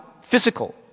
Physical